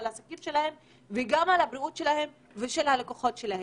העסקים ועל הבריאות שלהם ושל הלקוחות שלהם.